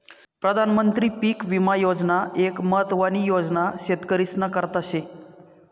प्रधानमंत्री पीक विमा योजना एक महत्वानी योजना शेतकरीस्ना करता शे